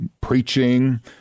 preaching